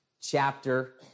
chapter